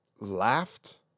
laughed